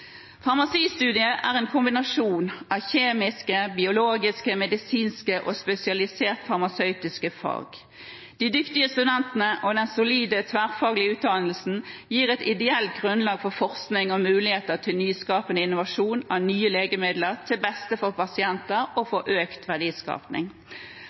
Farmasistudiet er en kombinasjon av kjemiske, biologiske, medisinske og spesialiserte farmasøytiske fag. De dyktige studentene og den solide tverrfaglige utdannelsen gir et ideelt grunnlag for forskning og muligheter til nyskapende innovasjon av nye legemidler, til beste for pasienter og